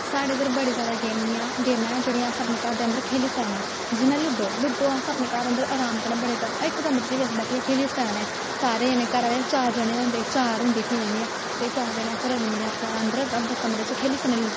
साढ़े इद्धर बड़ी जैदा गेमियां गेमां ऐं जेह्ड़ियां अस अपने घर दे अंदर खेली सकने जियां लूडो लूडो अस अपने घर अंदर अराम कन्नै बड़े कमरे इक कमरे च बी बैठियै अस खेली सकने सारे जने घरै दे चार जने होंदे चार होंदे खेलने आह्ले ते चार जने अस रली मिली अपने अंदर अपने कमरे च खेली सकने लूडो